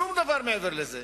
שום דבר מעבר לזה.